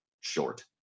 short